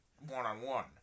one-on-one